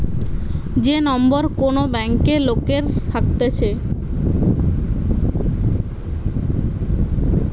যে নম্বর কোন ব্যাংকে লোকের থাকতেছে